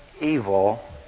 evil